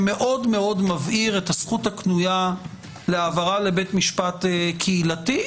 שמאוד מאוד מבהיר את הזכות הקנויה להעברה לבית משפט קהילתי,